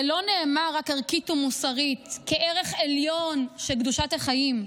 זה לא נאמר רק ערכית ומוסרית כערך עליון של קדושת החיים,